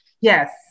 Yes